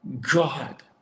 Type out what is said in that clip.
God